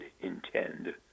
intend